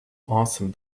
awesome